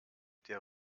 der